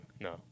no